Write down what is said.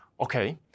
Okay